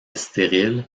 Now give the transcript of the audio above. stérile